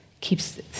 keeps